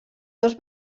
dos